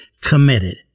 committed